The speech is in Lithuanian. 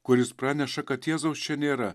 kuris praneša kad jėzaus čia nėra